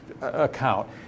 Account